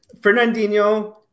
Fernandinho